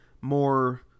more